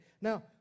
Now